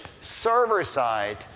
server-side